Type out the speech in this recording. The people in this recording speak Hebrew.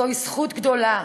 זוהי זכות גדולה.